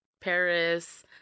Paris